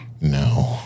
No